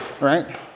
Right